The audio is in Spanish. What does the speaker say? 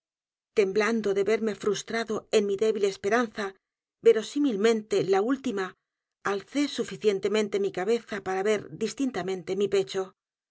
temblando de verme fustrado en mi débil esperanza verosímilmente la última alcé suficientemente mi cabeza p a r a ver distintamente mi pecho